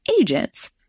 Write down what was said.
agents